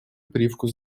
привкус